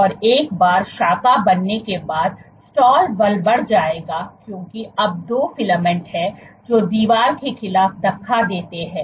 और एक बार शाखा बनने के बाद स्टाल बल बढ़ जाएगा क्योंकि अब दो फिलामेंट हैं जो दीवार के खिलाफ धक्का देते हैं